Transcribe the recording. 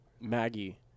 Maggie